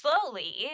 slowly